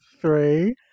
three